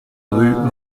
rue